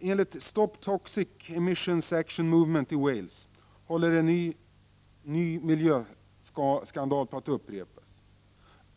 Enligt Stop Toxic Emissions Action Movement i Wales håller en ny miljöskandal på att ske.